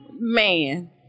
man